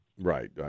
Right